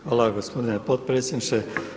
Hvala gospodine potpredsjedniče.